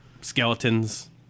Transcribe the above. skeletons